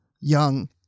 young